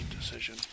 decision